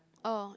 oh